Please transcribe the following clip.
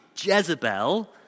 Jezebel